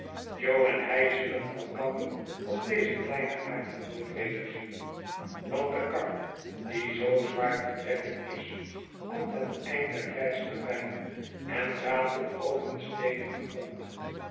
en hij zullen elkander op deze kleine aarde nooit wederzien want de kar die zoo zwaar te trekken is komt het eind der reis nabij en ratelt over een steenigen grond